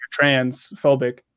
transphobic